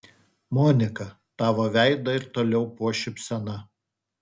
monika tavo veidą ir toliau puoš šypsena